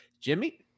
Jimmy